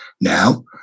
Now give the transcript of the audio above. now